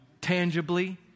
tangibly